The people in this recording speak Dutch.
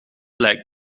lijkt